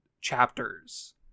chapters